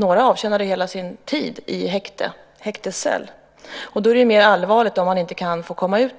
Några avtjänade hela sin tid i häktescell. Då är det mer allvarligt om man inte kan få komma ut.